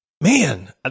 man